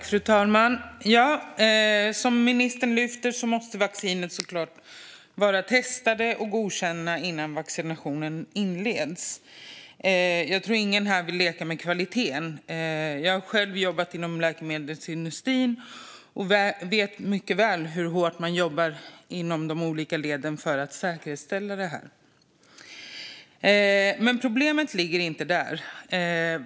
Fru talman! Som ministern lyfter fram måste vaccinerna såklart vara testade och godkända innan vaccinationen inleds. Jag tror inte att någon här vill leka med kvaliteten. Jag har själv jobbat inom läkemedelsindustrin och vet mycket väl hur hårt man jobbar inom de olika leden för att säkerställa det. Men problemet ligger inte där.